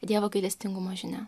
dievo gailestingumo žinia